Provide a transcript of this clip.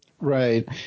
Right